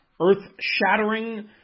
earth-shattering